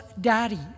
daddy